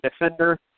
defender